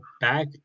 back